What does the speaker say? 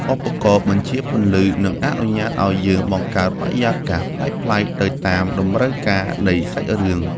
ឧបករណ៍បញ្ជាពន្លឺនឹងអនុញ្ញាតឱ្យយើងបង្កើតបរិយាកាសប្លែកៗទៅតាមតម្រូវការនៃសាច់រឿង។